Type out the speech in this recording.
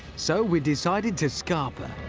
so, we decided to scarper.